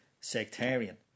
sectarian